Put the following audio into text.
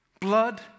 blood